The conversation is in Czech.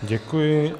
Děkuji.